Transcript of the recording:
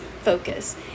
focus